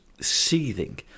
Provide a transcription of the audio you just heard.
seething